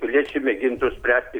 piliečiai mėgintų spręsti